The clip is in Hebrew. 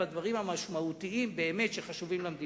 בדברים המשמעותיים באמת שחשובים למדינה.